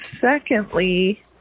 secondly